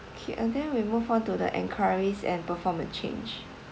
okay uh then we move on to the enquiries and perform a change